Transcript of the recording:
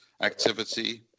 activity